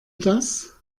das